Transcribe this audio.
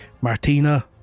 Martina